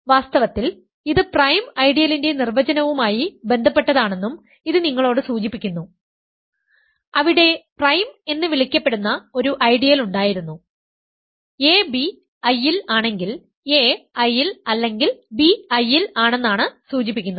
വാസ്തവത്തിൽ ഇത് പ്രൈം ഐഡിയലിന്റെ നിർവചനവുമായി ബന്ധപ്പെട്ടതാണെന്നും ഇത് നിങ്ങളോട് സൂചിപ്പിക്കുന്നു അവിടെ പ്രൈം എന്ന് വിളിക്കപ്പെടുന്ന ഒരു ഐഡിയൽ ഉണ്ടായിരുന്നു ab I ൽ ആണെങ്കിൽ a I ൽ അല്ലെങ്കിൽ b I ൽ ആണെന്നാണ് സൂചിപ്പിക്കുന്നത്